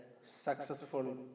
successful